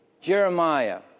Jeremiah